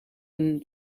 een